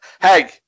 Hey